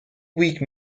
week